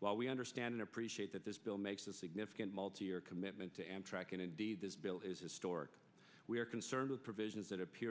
while we understand and appreciate that this bill makes a significant multi year commitment to amtrak and indeed this bill is historic we are concerned with provisions that appear